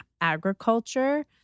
agriculture